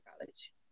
college